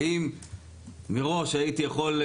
האם מראש הייתי יכול,